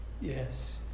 Yes